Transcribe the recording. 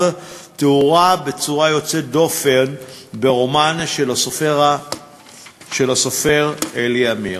תוארו בצורה יוצאת דופן ברומן של הסופר אלי עמיר.